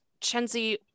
Chenzi